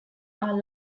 are